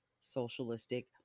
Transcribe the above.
socialistic